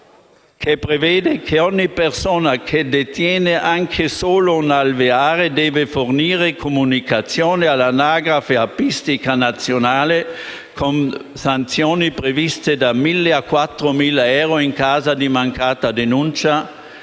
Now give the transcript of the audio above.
- prevede che ogni persona che detiene anche solo un alveare debba fornire comunicazione all'anagrafe apistica nazionale, con sanzioni previste da 1.000 ai 4.000 euro in caso di mancata denuncia,